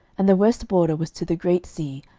and the west border was to the great sea,